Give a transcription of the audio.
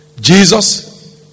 Jesus